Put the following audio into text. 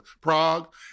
Prague